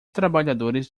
trabalhadores